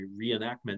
reenactment